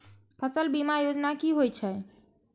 फसल बीमा योजना कि होए छै?